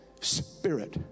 spirit